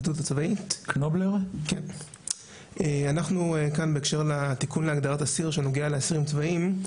אנחנו כאן בהקשר לתיקון להגדרת אסיר שנוגע לאסירים צבאיים.